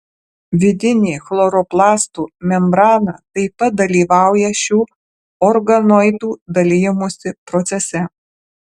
vidinė chloroplastų membrana taip pat dalyvauja šių organoidų dalijimosi procese